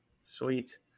sweet